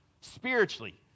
Spiritually